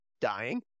dying